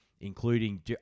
including